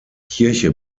kirche